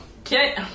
okay